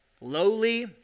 lowly